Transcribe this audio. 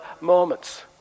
moments